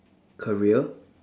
career